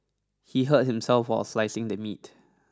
he hurt himself while slicing the meat